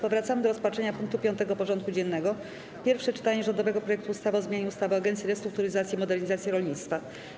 Powracamy do rozpatrzenia punktu 5. porządku dziennego: Pierwsze czytanie rządowego projektu ustawy o zmianie ustawy o Agencji Restrukturyzacji i Modernizacji Rolnictwa.